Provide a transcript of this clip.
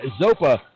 Zopa